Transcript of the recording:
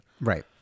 Right